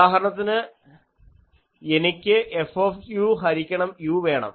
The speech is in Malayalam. ഉദാഹരണത്തിന് എനിക്ക് F ഹരിക്കണം u വേണം